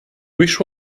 wish